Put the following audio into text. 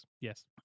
Yes